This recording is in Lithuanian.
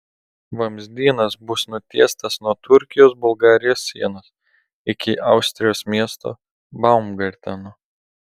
vamzdynas bus nutiestas nuo turkijos bulgarijos sienos iki austrijos miesto baumgarteno